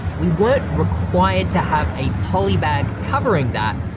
we weren't required to have a poly bag covering that,